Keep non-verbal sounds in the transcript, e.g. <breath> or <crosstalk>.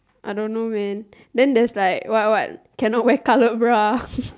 I don't know man then there's like what what cannot wear colored bra <breath>